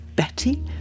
Betty